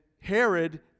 Herod